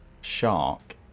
shark